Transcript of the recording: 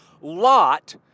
Lot